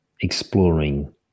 exploring